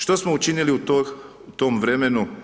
Što smo učinili u tom vremenu?